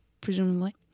presumably